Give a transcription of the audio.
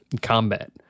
combat